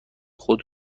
خود